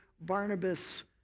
Barnabas